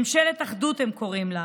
ממשלת אחדות הם קוראים לה,